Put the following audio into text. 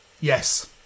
Yes